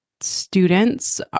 students